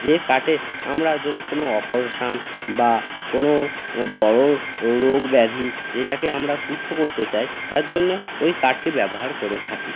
যে কার্ডে আমরা যোনো কোনও অপারেশান বা কোনও ও বড় ও রোগ ব্যাধি যেটাকে আমরা সুস্থ করতে চাই তার জন্য ওই কার্ডটি ব্যবহার করে থাকি